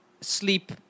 sleep